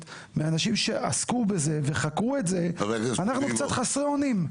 מאנשים שעסקו בזה וחקרו את זה אנחנו קצת חסרי אונים.